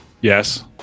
Yes